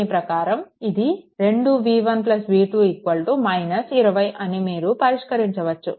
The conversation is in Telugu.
దీని ప్రకారం ఇది 2v1 v2 20 అని మీరు పరిష్కరించవచ్చు